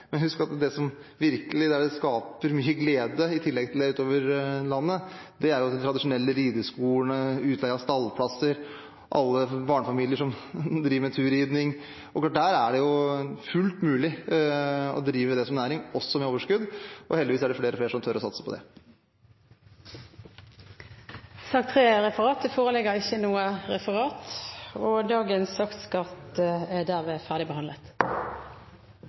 men husk at det som virkelig skaper mye glede ut over landet – i tillegg til det – er de tradisjonelle rideskolene, utleie av stallplasser og barnefamilier som driver med turridning. Dette er det fullt mulig å drive som næring – også med overskudd, og heldigvis er det flere og flere som tør å satse på det. Det foreligger ikke noe referat. Dermed er dagens kart ferdigbehandlet.